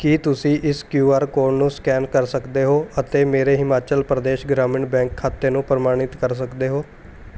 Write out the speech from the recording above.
ਕੀ ਤੁਸੀਂਂ ਇਸ Q R code ਨੂੰ ਸਕੈਨ ਕਰ ਸਕਦੇ ਹੋ ਅਤੇ ਮੇਰੇ ਹਿਮਾਚਲ ਪ੍ਰਦੇਸ਼ ਗ੍ਰਾਮੀਣ ਬੈਂਕ ਖਾਤੇ ਨੂੰ ਪ੍ਰਮਾਣਿਤ ਕਰ ਸਕਦੇ ਹੋ